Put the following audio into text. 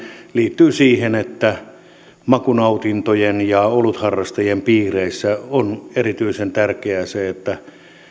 liittyy siihen että makunautintojen ja olutharrastajien piireissä on erityisen tärkeää se että